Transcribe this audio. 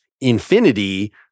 infinity